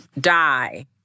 die